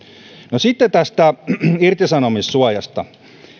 no sitten tästä irtisanomissuojasta